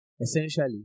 Essentially